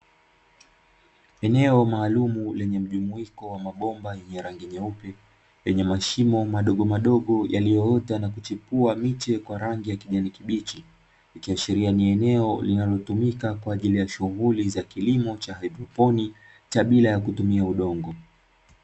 Eneo maalum lenye mjumuiko wa mabomba ya rangi nyeupe, yenye mashimo madogo madogo, yaliyoota na kuchipua miche kwa rangi ya kijani kibichi ikiashiria ni eneo linalotumika kwa ajili ya shughuli za kilimo cha Hebrewni cha bila ya kutumia udongo.